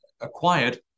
acquired